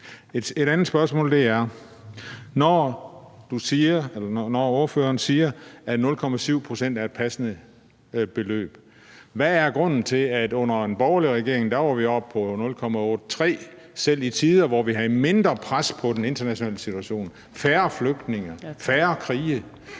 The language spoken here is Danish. et andet spørgsmål. Når ordføreren siger, at 0,7 pct. er et passende beløb, hvad er så grunden til, at under den borgerlige regering var vi oppe på 0,83 pct., selv i tider, hvor vi havde mindre pres på den internationale situation, færre flygtninge, færre krige?